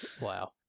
wow